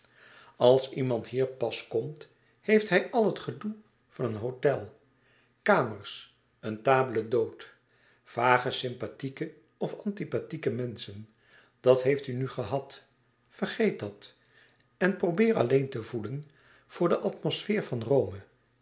als iemand pas hier komt heeft hij al het gedoe van een hôtel kamers een table dhôte vage sympathieke of antipathieke menschen e at heeft u nu gehad vergeet dat en probeer alleen te voelen de atmosfeer van rome